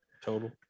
total